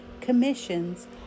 commissions